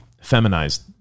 feminized